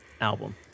album